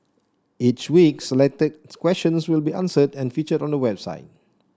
each week selected questions will be answered and featured on the website